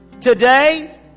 Today